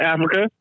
Africa